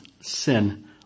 sin